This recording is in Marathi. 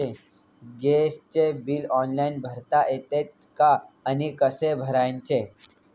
गॅसचे बिल ऑनलाइन भरता येते का आणि कसे भरायचे?